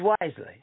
wisely